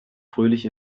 fröhlich